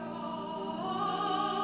oh